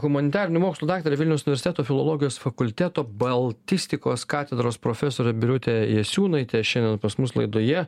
humanitarinių mokslų daktarė vilniaus universiteto filologijos fakulteto baltistikos katedros profesorė birutė jasiūnaitė šiandien pas mus laidoje